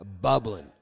bubbling